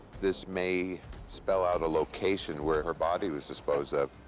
this may spell out a location where her body was disposed of.